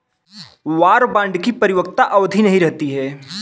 war bond की परिपक्वता अवधि नहीं रहती है